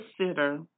consider